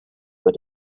were